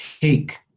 take